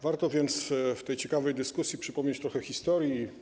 Warto więc w tej ciekawej dyskusji przypomnieć trochę historii.